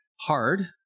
hard